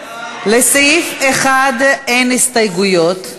לסעיף 1 אין הסתייגויות.